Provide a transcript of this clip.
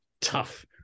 tough